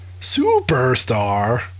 superstar